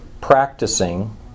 practicing